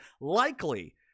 likely